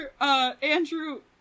Andrew